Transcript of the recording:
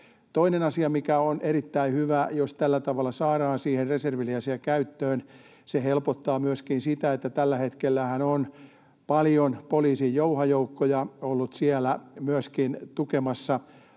Toinen asia, mikä on erittäin hyvä, on, että jos tällä tavalla saadaan siihen reserviläisiä käyttöön, se helpottaa myöskin sitä, että tällä hetkellähän on paljon poliisin jouha-joukkoja ollut siellä myöskin tukemassa